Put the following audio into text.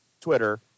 twitter